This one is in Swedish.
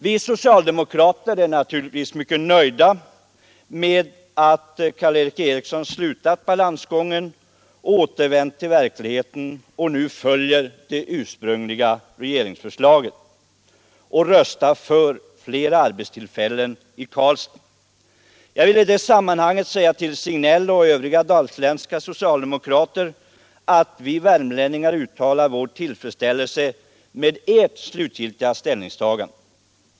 Vi socialdemokrater är naturligtvis mycket nöjda med att Karl Erik Eriksson slutat balansgången, återvänt till verkligheten och nu följer det ursprungliga regeringsförslaget. Jag vill i detta sammanhang säga till herr Signell och övriga socialdemokrater från Dalsland att vi värmlänningar uttalar vår tillfredsställelse med ert slutgiltiga ställningstagande.